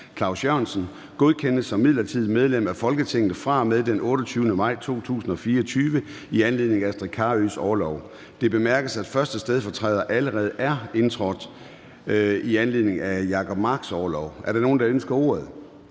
Claus Jørgensen, godkendes som midlertidigt medlem af Folketinget fra og med den 28. maj 2024 i anledning af Astrid Carøes orlov. Det bemærkes, at 1. stedfortræder allerede er indtrådt i anledning af Jacob Marks orlov. Er der nogen, der ønsker ordet?